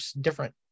different